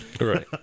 Right